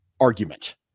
argument